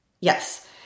Yes